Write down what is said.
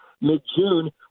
mid-June